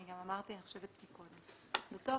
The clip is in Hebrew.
בסוף,